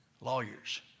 Lawyers